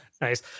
nice